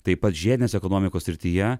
taip pat žiedinės ekonomikos srityje